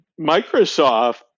Microsoft